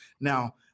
Now